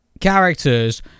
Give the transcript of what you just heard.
characters